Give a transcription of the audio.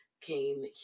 came